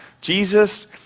Jesus